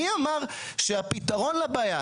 מי אמר שהפיתרון לבעיה,